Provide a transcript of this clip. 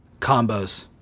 combos